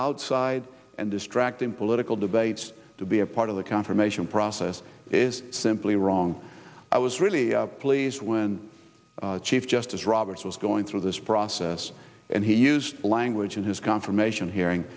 outside and distract in political debates to be a part of the confirmation process is simply wrong i was really pleased when chief justice roberts was going through this process and he used language in his confirmation hearing